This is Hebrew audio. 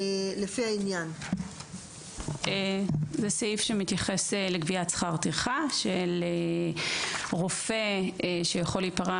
לפי העניין"; זה סעיף שמתייחס לגביית שכר טרחה של רופא שיכול להיפרע